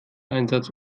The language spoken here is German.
einsatz